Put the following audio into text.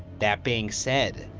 that being said,